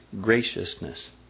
graciousness